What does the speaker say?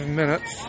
minutes